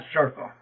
circle